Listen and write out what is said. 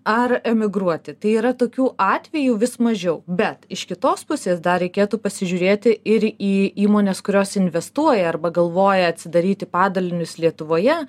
ar emigruoti tai yra tokių atvejų vis mažiau bet iš kitos pusės dar reikėtų pasižiūrėti ir į įmones kurios investuoja arba galvoja atsidaryti padalinius lietuvoje